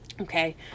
Okay